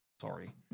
Sorry